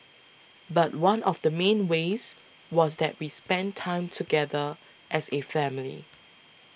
but one of the main ways was that we spent time together as a family